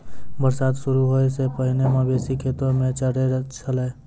बरसात शुरू होय सें पहिने मवेशी खेतो म चरय छलै